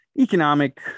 economic